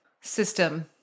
system